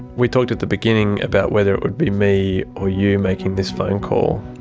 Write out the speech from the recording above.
we talked at the beginning about whether it would be me or you making this phone call,